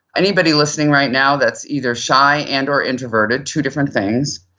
anybody listening right now that's either shy and or introverted, two different things,